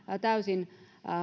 täysin